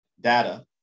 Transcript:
data